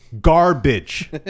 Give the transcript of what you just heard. garbage